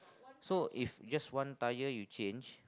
so if just one tire you change